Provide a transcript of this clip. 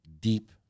deep